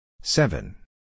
Seven